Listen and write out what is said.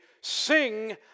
Sing